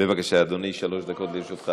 בבקשה, אדוני, שלוש דקות לרשותך.